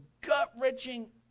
gut-wrenching